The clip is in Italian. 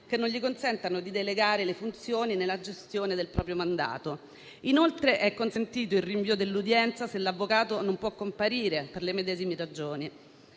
che non gli consentano di delegare le funzioni nella gestione del proprio mandato. Inoltre, è consentito il rinvio dell'udienza se l'avvocato non può comparire per le medesime ragioni.